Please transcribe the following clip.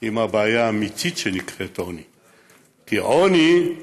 עם הבעיה האמיתית שנקראת "עוני"; כי עוני,